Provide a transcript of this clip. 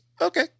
Okay